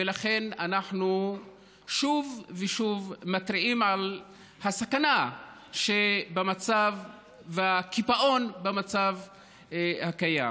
ולכן אנחנו שוב ושוב מתריעים על הסכנה שבמצב והקיפאון במצב הקיים.